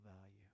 value